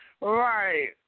Right